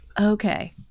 okay